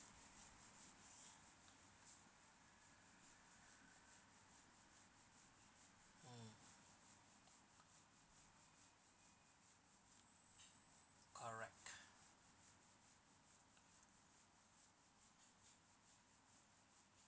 mm correct